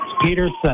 Peterson